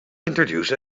introduced